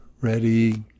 ready